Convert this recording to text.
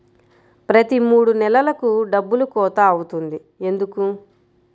ప్రతి మూడు నెలలకు డబ్బులు కోత అవుతుంది ఎందుకు?